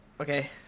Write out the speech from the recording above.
Okay